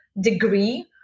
degree